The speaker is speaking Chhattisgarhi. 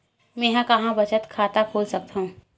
मेंहा कहां बचत खाता खोल सकथव?